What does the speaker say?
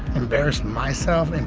embarrass myself, and